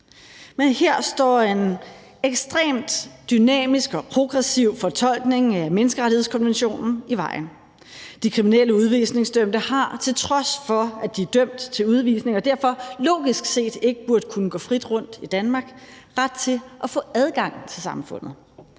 Men her står en ekstremt dynamisk og progressiv fortolkning af menneskerettighedskonventionen i vejen. De kriminelle udvisningsdømte har, til trods for at de er dømt til udvisning og derfor logisk set ikke burde kunne gå frit rundt i Danmark, ret til at få adgang til samfundet.